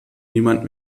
niemand